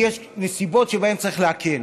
יש נסיבות שבהן צריך להקל.